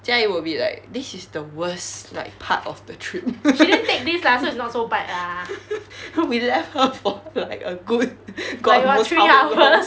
jia yi would be like this is the worst like part of the trip we left her for like a good god knows how long